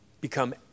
become